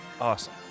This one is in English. Awesome